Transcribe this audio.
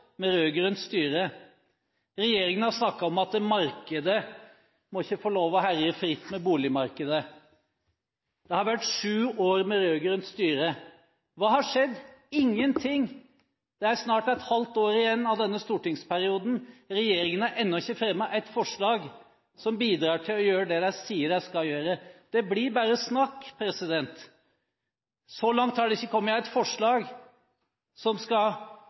med rød-grønt styre. Regjeringen har snakket om at markedet ikke må få lov til å herje fritt med boligmarkedet – i sju år med rød-grønt styre. Hva har skjedd? Ingenting. Det er snart et halvt år igjen av denne stortingsperioden. Regjeringen har ennå ikke fremmet ett forslag som bidrar til det de sier at de skal gjøre. Det blir bare snakk. Så langt har det ikke kommet ett forslag som skal